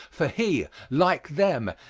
for he, like them,